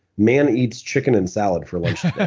man eats chicken and salad for lunch today.